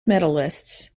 medalists